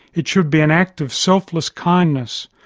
it should be an act of selfless kindness,